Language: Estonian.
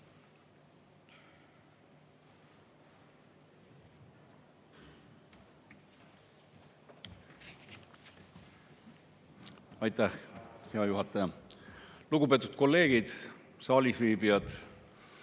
Aitäh, hea juhataja! Lugupeetud kolleegid, saalis viibijad